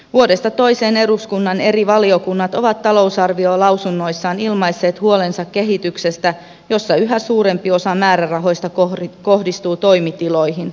vuodesta toiseen eduskunnan eri valiokunnat ovat talousarviolausunnoissaan ilmaisseet huolensa kehityksestä jossa yhä suurempi osa määrärahoista kohdistuu toimitiloihin